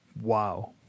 Wow